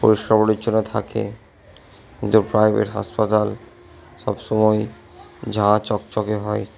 পরিষ্কার পরিচ্ছন্ন থাকে কিন্তু প্রাইভেট হাসপাতাল সব সময় ঝাঁ চকচকে হয়